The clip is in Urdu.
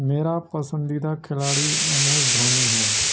میرا پسندیدہ کھلاڑی ایم ایس دھونی ہے